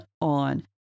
on